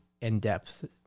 in-depth